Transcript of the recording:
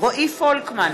רועי פולקמן,